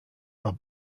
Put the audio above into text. are